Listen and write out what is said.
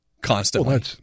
constantly